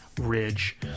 Ridge